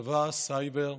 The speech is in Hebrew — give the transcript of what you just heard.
הצבא והסייבר.